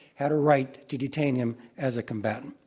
had a right to detain him as a combatant.